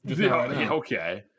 Okay